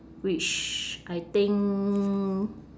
which I think